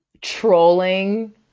trolling